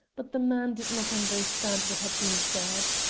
but the man did not understand what had been said.